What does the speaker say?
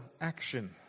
action